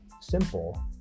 simple